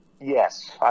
Yes